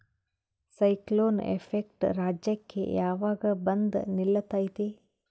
Cyclone effect ರಾಜ್ಯಕ್ಕೆ ಯಾವಾಗ ಬಂದ ನಿಲ್ಲತೈತಿ?